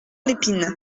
lépine